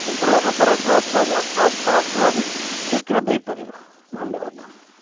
ଯେ ଭଲ ଭାବରେ ଗ୍ରୋଥ୍ ହେବ ଆଉ ଫଳ ଫୁଲ ବି ଠିକ୍ରେ ଦେଇପାରିବ ଧନ୍ୟବାଦ